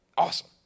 awesome